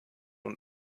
und